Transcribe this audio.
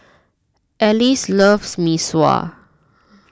Alyce loves Mee Sua